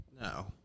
No